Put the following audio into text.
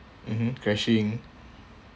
mmhmm crashing